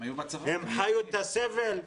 הם חיו את הסבל?